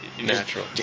Natural